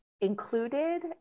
included